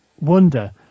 wonder